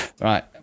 Right